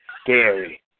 scary